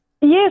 Yes